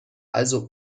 also